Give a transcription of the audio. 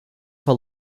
for